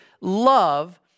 love